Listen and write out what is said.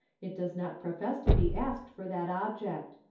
it does not profess to be asked for that object.